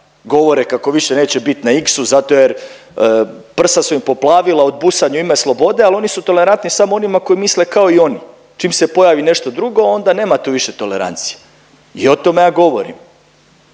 govore kako više neće bit na Iksu zato jer, prsa su im poplavila od busanja u ime slobode, al oni su tolerantni samo onima koji misle kao i oni, čim se pojavi nešto drugo onda nema tu više tolerancije i o tome ja govorim